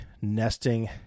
nesting